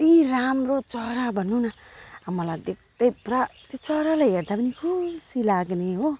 कत्ति राम्रो चरा भन्नु न अब मलाई देख्दै पुरा त्यो चरालाई हेर्दा पनि खुसी लाग्ने हो